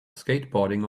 skateboarding